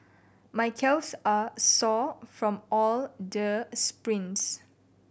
my calves are sore from all the sprints